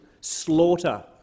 slaughter